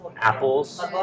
apples